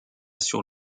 sur